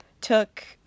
took